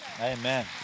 Amen